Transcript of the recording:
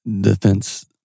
defense